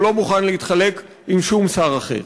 והוא לא מוכן להתחלק עם שום שר אחר.